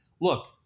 look